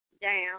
Down